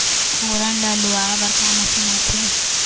फोरन ला लुआय बर का मशीन आथे?